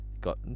got